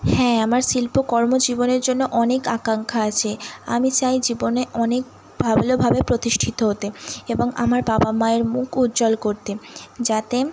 হ্যাঁ আমার শিল্পকর্ম জীবনের জন্য অনেক আকাঙ্ক্ষা আছে আমি চাই জীবনে অনেক ভালোভাবে প্রতিষ্ঠিত হতে এবং আমার বাবা মায়ের মুখ উজ্জ্বল করতে যাতে